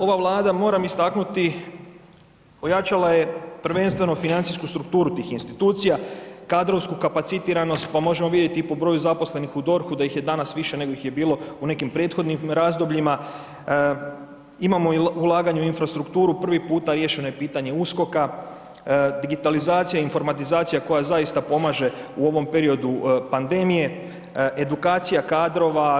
Ova Vlada moram istaknuti ojačala je prvenstveno financijsku strukturu tih institucija, kadrovsku kapacitiranost pa možemo vidjeti i po broju zaposlenih u DORH-u da ih je danas više nego ih je bilo u nekim prethodnim razdobljima, imamo ulaganje u infrastrukturu, prvi puta riješeno je pitanje USKOK-a, digitalizacija, informatizacija koja zaista pomaže u ovom periodu pandemije, edukacija kadrova.